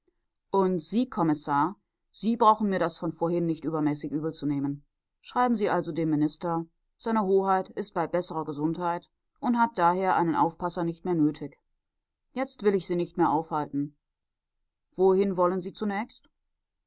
und sie kommissar sie brauchen mir das von vorhin nicht übermäßig übelzunehmen schreiben sie also dem minister se hoheit ist bei besserer gesundheit und hat daher einen aufpasser nicht mehr nötig jetzt will ich sie nicht mehr aufhalten wohin wollen sie zunächst